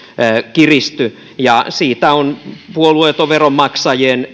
kiristy siitä on esimerkiksi puolueeton veronmaksajien